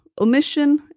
omission